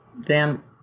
Dan